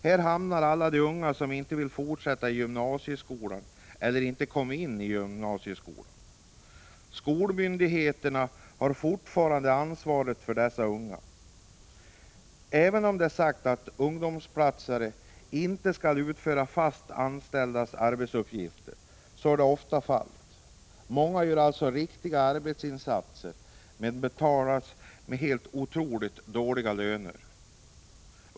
Här hamnar alla de unga som inte vill fortsätta i gymnasieskolan eller som inte har kommit in i gymnasieskolan. Skolmyndigheterna har fortfarande ansvaret för dessa unga. Även om det är sagt att ”ungdomsplatsare” inte skall utföra fast anställdas arbetsuppgifter så är detta ofta fallet. Många gör alltså riktiga arbetsinsatser men betalas med helt otroligt dåliga löner.